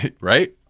Right